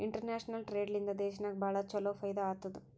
international trade ಲಿಂದಾ ದೇಶನಾಗ್ ಭಾಳ ಛಲೋ ಫೈದಾ ಆತ್ತುದ್